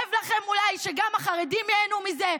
כואב לכם אולי שגם החרדים ייהנו מזה?